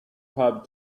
have